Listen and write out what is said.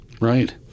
Right